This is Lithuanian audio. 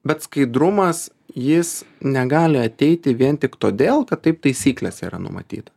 bet skaidrumas jis negali ateiti vien tik todėl kad taip taisyklėse yra numatyta